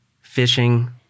Fishing